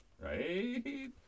Right